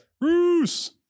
bruce